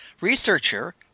researcher